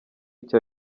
icyo